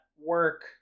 work